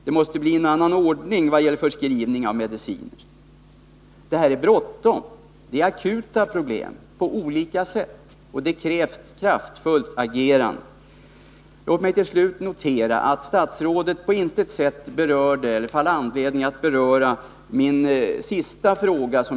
Det måste bli en annan ordning vad gäller förskrivning av mediciner. Det är bråttom. Det är problem som på olika sätt är akuta, och det krävs ett kraftfullt agerande. Låt mig till slut notera att statsrådet på intet sätt berörde — eller kanske inte funnit anledning att beröra — min sista fråga.